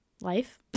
life